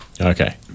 Okay